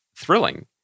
thrilling